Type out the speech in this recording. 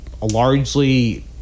largely